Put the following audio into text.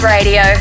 Radio